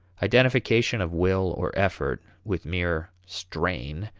identification of will, or effort, with mere strain,